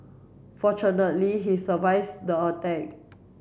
fortunately he survives the attack